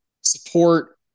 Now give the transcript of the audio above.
support